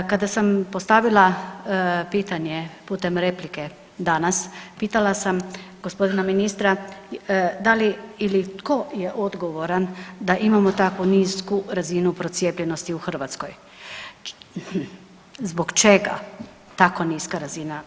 Kada sam postavila pitanje putem replike danas, pitala sam g. ministra da li ili tko je odgovoran da imamo taku nisku razinu procijepljenosti u Hrvatskoj, zbog čega tako niska razina.